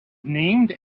named